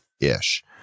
ish